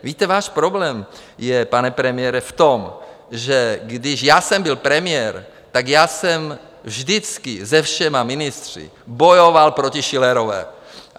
Víte, váš problém je, pane premiére, v tom, že když já jsem byl premiér, tak jsem vždycky se všemi ministry bojoval proti Schillerové.